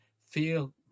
feel